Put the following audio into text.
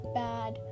bad